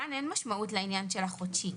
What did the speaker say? כאן אין משמעות לעניין של החודשי.